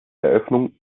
eröffnung